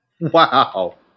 Wow